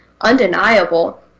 undeniable